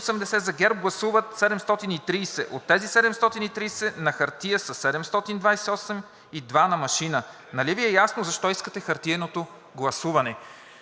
за ГЕРБ гласуват 730, от тези 730 на хартия са 728 и двама – на машина. Нали Ви е ясно защо искате хартиеното гласуване?